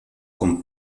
con